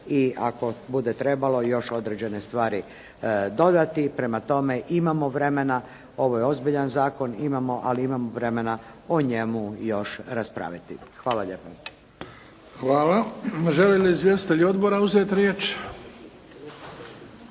i ako bude trebalo, još određene stvari dodati. Prema tome, imamo vremena, ovo je ozbiljan zakon, ali imamo vremena o njemu još raspraviti. Hvala lijepa. **Bebić, Luka (HDZ)** Hvala. Žele li izvjestitelji odbora uzeti riječ?